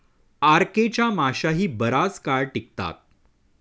RK च्या माश्याही बराच काळ टिकतात